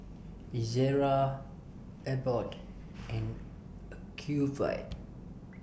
Ezerra Abbott and Ocuvite